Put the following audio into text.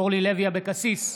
אורלי לוי אבקסיס,